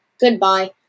Goodbye